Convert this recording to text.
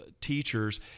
teachers